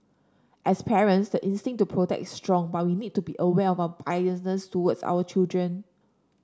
as parents the instinct to protect is strong but we need to be aware of biases towards our children